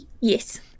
Yes